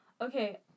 Okay